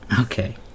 Okay